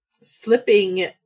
slipping